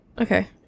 okay